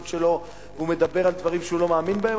שלו והוא מדבר על דברים שהוא לא מאמין בהם,